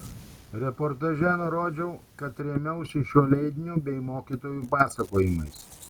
reportaže nurodžiau kad rėmiausi šiuo leidiniu bei mokytojų pasakojimais